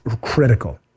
critical